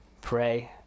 pray